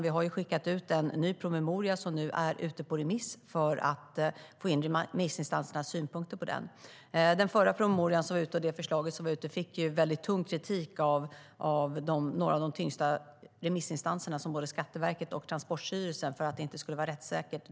Vi har nu skickat ut en ny promemoria på remiss för att få in remissinstansernas synpunkter. Den förra promemorian och det förra förslaget fick tung kritik av några av de tyngsta remissinstanserna, till exempel både Skatteverket och Transportstyrelsen, för att det inte skulle vara rättssäkert.